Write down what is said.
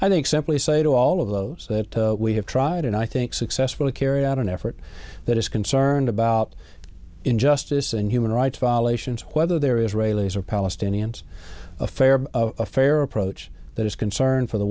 i think simply say to all of those that we have tried and i think successfully carry out an effort that is concerned about injustice and human rights violations whether they're israelis or palestinians a fair a fair approach that is concern for the